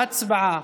ההצבעה.